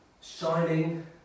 shining